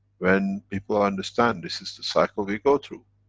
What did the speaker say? when people understand, this is the cycle we go through.